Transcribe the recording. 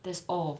that's all